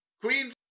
Queen